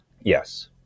Yes